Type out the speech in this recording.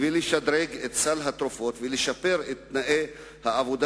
לשדרג את סל התרופות ולשפר את תנאי העבודה